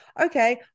Okay